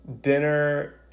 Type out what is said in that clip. Dinner